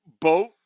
boat